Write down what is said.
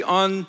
on